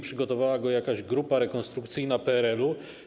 Przygotowała go jakaś grupa rekonstrukcyjna PRL-u.